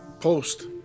post